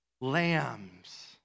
lambs